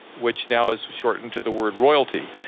which now is shortened to the world royalty.